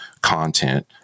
content